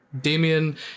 Damien